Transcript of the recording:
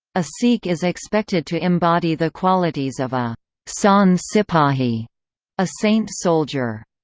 a sikh is expected to embody the qualities of a sant-sipahi a saint-soldier.